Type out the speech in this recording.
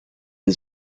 est